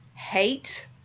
hate